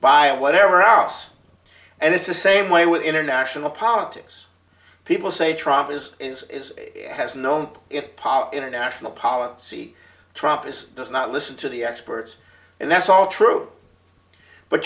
by whatever house and it's the same way with international politics people say trump is has known it pot international policy trump is does not listen to the experts and that's all true but